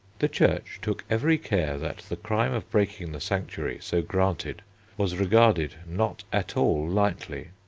the church took every care that the crime of breaking the sanctuary so granted was regarded not at all lightly.